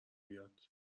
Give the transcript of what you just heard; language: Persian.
بیاد